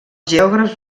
geògrafs